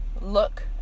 look